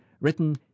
written